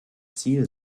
ziel